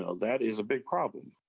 so that is a big problem.